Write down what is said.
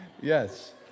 Yes